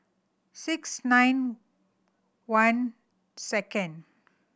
six nine one second